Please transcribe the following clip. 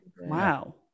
wow